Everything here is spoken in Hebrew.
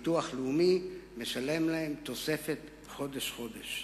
הביטוח הלאומי משלם להם תוספת חודש-חודש,